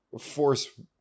Force